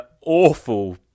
awful